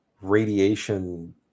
radiation